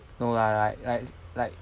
no lah like like like